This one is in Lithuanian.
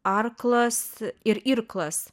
arklas ir irklas